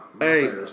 Hey